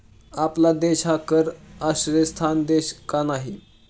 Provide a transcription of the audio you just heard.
आपला देश हा कर आश्रयस्थान देश का नाही?